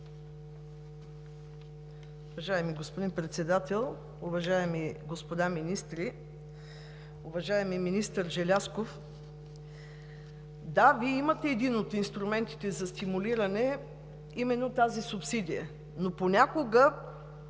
Уважаеми господин Председател, уважаеми господа министри! Уважаеми министър Желязков, да, Вие имате един от инструментите за стимулиране – именно тази субсидия, но трябва